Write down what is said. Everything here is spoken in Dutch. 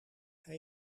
hij